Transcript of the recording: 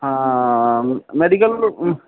ହଁ ମେଡ଼ିକାଲ୍ରୁ